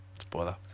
Spoiler